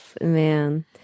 man